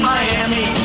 Miami